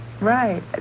Right